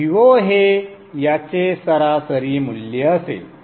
Vo हे याचे सरासरी मूल्य असेल